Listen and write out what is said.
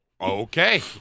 okay